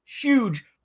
huge